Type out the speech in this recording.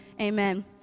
amen